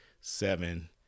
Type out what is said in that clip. seven